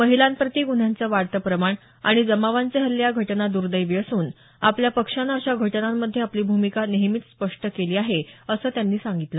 महिलांप्रती गुन्ह्यांचं वाढतं प्रमाण आणि जमावांचे हल्ले या घटना दुर्दैवी असून आपल्या पक्षानं अशा घटनांमध्ये आपली भूमिका नेहमीच स्पष्ट केली आहे असं त्यांनी सांगितलं